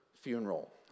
funeral